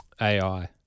AI